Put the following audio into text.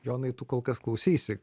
jonai tu kol kas klauseisi